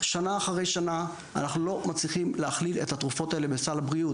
שנה אחר שנה אנחנו לא מצליחים להכליל את התרופות האלה בסל הבריאות.